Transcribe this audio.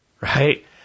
Right